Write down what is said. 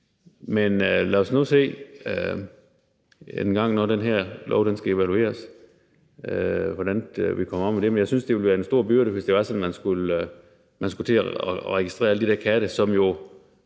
Lad os nu se på det, når den her lov engang skal evalueres, altså hvordan vi kommer om ved det. Men jeg synes, det ville være en stor byrde, hvis det var sådan, at man skulle til at registrere alle de der katte, som jo